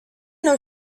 know